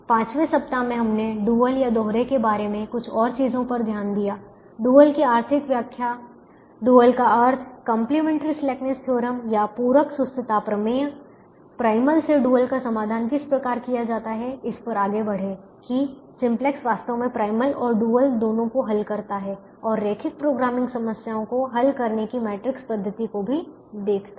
पांचवें सप्ताह में हमने डुअलदोहरे के बारे में कुछ और चीजों पर ध्यान दिया डुअल की आर्थिक व्याख्या डुअल का अर्थ कंप्लीमेंट्री स्लैकनेस थ्योरम पूरक सुस्तता प्रमेय प्राइमल से डुअल का समाधान किस प्रकार किया जाता है इस पर आगे बढ़े कि सिंप्लेक्स वास्तव में प्राइमल और डुअल दोनों को हल करता है और रैखिक प्रोग्रामिंग समस्याओं को हल करने की मैट्रिक्स पद्धति को भी देखता है